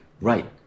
right